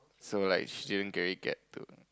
so like she didn't really get to